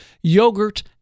Yogurt